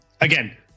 Again